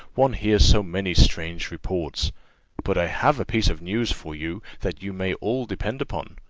one hears so many strange reports but i have a piece of news for you, that you may all depend upon.